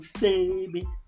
baby